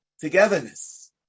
togetherness